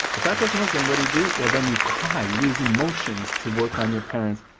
if that doesn't work, then what do you do? well then you cry, use emotions to work on your parents.